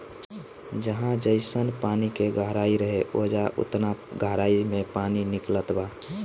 जहाँ जइसन पानी के गहराई रहे, ओइजा ओतना गहराई मे पानी निकलत बा